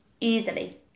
easily